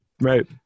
right